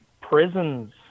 prisons